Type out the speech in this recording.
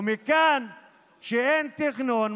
ומכאן שכשאין תכנון,